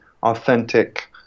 authentic